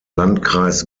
landkreis